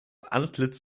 antlitz